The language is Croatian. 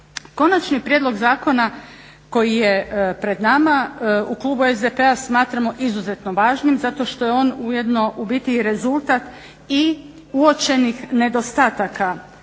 Konačni prijedlog zakona koji je pred nama u klubu SDP-a smatramo izuzetno važnim zato što je on ujedno u biti rezultat i uočenih nedostataka